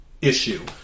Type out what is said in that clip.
issue